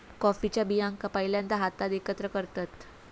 कॉफीच्या बियांका पहिल्यांदा हातात एकत्र करतत